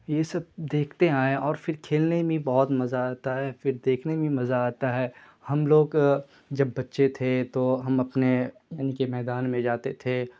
یہ سب دیکھتے آئے ہیں اور پھر کھیلنے میں بہت مزہ آتا ہے پھر دیکھنے میں بھی مزہ آتا ہے ہم لوگ جب بچے تھے تو ہم اپنے یعنی کہ میدان میں جاتے تھے